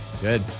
Good